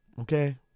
okay